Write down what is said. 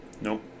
Nope